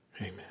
Amen